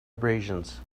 abrasions